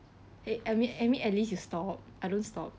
eh I mean I mean at least you stop I don't stop